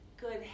good